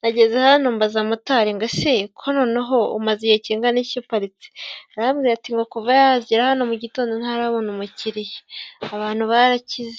Nageze hano mbaza motari ngo; "Ese ko noneho umaze igihe kingana iki uparitse?" arambwira ati ngo kuva yagera hano mu gitondo ntarabona umukiriya. Abantu barakize.